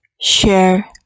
share